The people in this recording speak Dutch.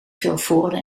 vilvoorde